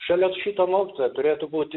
šalia šito mokytojo turėtų būti